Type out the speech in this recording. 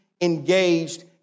engaged